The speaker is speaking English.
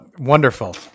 wonderful